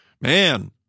man